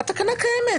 אבל התקנה קיימת,